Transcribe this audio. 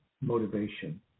motivation